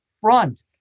front